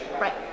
Right